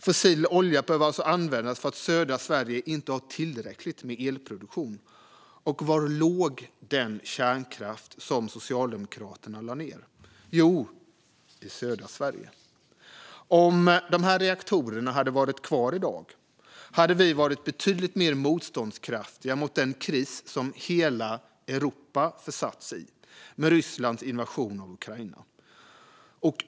Fossil olja behöver alltså användas för att södra Sverige inte har tillräckligt med elproduktion. Och var låg den kärnkraft som Socialdemokraterna lade ner? Jo, i södra Sverige. Om dessa reaktorer hade varit kvar i dag hade Sverige varit betydligt mer motståndskraftigt mot den kris som hela Europa försatts i genom Rysslands invasion av Ukraina.